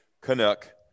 Canuck